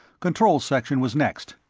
control section was next.